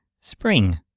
spring